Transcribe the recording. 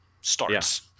starts